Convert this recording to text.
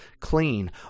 clean